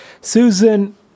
Susan